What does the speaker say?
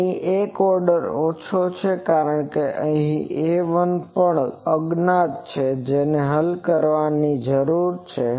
તોઅહી એક ઓર્ડર ઓછો છે કારણ કે અહીં આ A1 પણ એક અજ્ઞાત છે જેને હલ કરવાની જરૂર છે